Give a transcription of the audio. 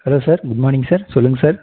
hello sir good morning sir சொல்லுங்கள் sir